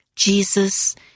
Jesus